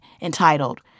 entitled